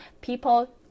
people